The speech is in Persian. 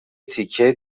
تیکه